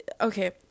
okay